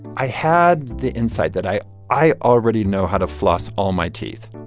i had the insight that i i already know how to floss all my teeth.